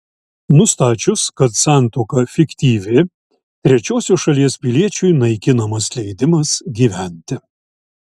nustačius kad santuoka fiktyvi trečiosios šalies piliečiui naikinamas leidimas gyventi